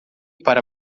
para